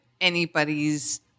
anybody's